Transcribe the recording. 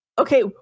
okay